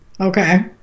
Okay